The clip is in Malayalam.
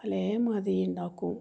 പലേ മാതിരി ഉണ്ടാക്കും